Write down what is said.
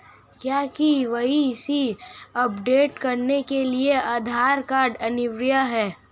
क्या KYC update करने के लिए आधार कार्ड अनिवार्य है?